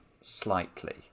slightly